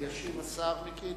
ישיב השר מיקי איתן.